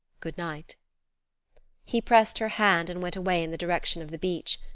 goodnight. he pressed her hand and went away in the direction of the beach.